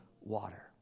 water